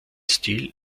stil